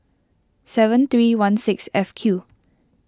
seven three one six F Q